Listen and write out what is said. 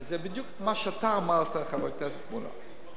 כי זה בדיוק מה שאתה אמרת, חבר הכנסת מולה: